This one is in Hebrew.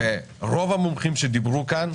רוב המומחים שדיברו כאן,